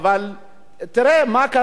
אבל תראה מה קרה,